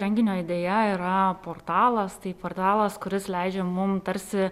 renginio idėja yra portalas tai portalas kuris leidžia mum tarsi